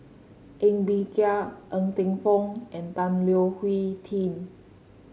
Ng Bee Kia Ng Teng Fong and Tan Leo